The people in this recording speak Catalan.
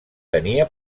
tenia